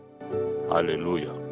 Hallelujah